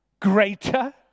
Greater